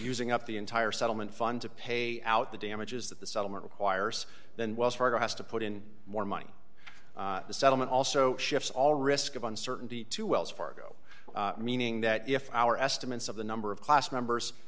using up the entire settlement fund to pay out the damages that the settlement requires then wells fargo has to put in more money the settlement also shifts all risk of uncertainty to wells fargo meaning that if our estimates of the number of class members